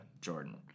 Jordan